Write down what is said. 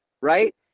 right